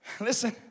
listen